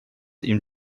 ihm